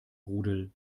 rudel